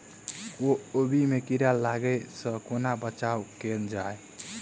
कोबी मे कीड़ा लागै सअ कोना बचाऊ कैल जाएँ?